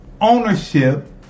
ownership